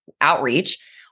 outreach